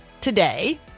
today